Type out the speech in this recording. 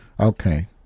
Okay